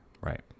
Right